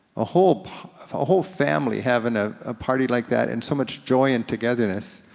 a whole ah whole family having a party like that, and so much joy and togetherness,